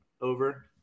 over